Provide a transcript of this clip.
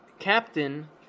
captain